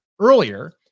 earlier